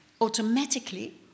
automatically